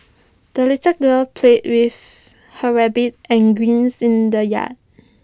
the little girl played with her rabbit and greens in the yard